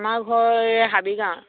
আমাৰ ঘৰ এই হাবিগাঁৱত